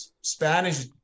Spanish